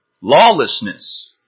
lawlessness